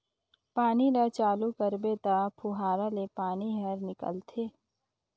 पानी ल चालू करबे त फुहारा ले पानी हर निकलथे